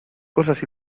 cosas